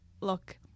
look